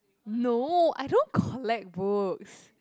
no I don't collect books